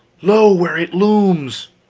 lo, where it looms!